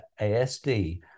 ASD